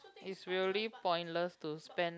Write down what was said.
is really pointless to spend